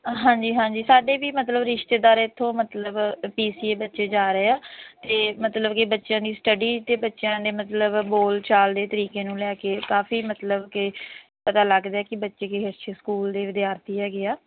ਹਾਂਜੀ ਹਾਂਜੀ ਸਾਡੇ ਵੀ ਮਤਲਬ ਰਿਸ਼ਤੇਦਾਰ ਇੱਥੋਂ ਮਤਲਬ ਪੀ ਸੀ ਏ ਬੱਚੇ ਜਾ ਰਹੇ ਆ ਅਤੇ ਮਤਲਬ ਕਿ ਬੱਚਿਆਂ ਦੀ ਸਟੱਡੀ ਅਤੇ ਬੱਚਿਆਂ ਦੇ ਮਤਲਬ ਬੋਲ ਚਾਲ ਦੇ ਤਰੀਕੇ ਨੂੰ ਲੈ ਕੇ ਕਾਫੀ ਮਤਲਬ ਕਿ ਪਤਾ ਲੱਗਦਾ ਕਿ ਬੱਚੇ ਕਿਸੇ ਅੱਛੇ ਸਕੂਲ ਦੇ ਵਿਦਿਆਰਥੀ ਹੈਗੇ ਆ